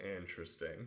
interesting